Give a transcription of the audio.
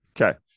Okay